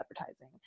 advertising